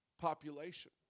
population